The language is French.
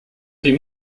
vais